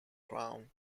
crown